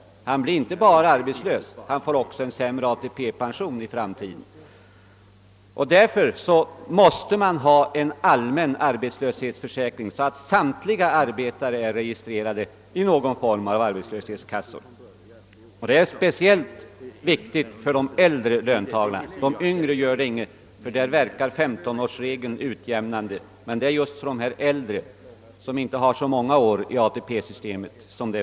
Hon blir inte bara arbetslös utan får också i framtiden en sämre ATP-pension. Därför måste vi ha en allmän arbetslöshetsförsäkring, så att samtliga arbetare är registrerade i någon form av arbetslöshetskassor. Det är speciellt viktigt för de äldre löntagarna — de yngre gör det inget om de inte är registrerade, ty för dem verkar 15-årsregeln utjämnande. Det är alltså fråga om de äldre som inte har så många år i ATP-systemet.